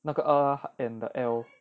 那个 R and the L